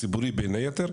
הציבורי בין היתר,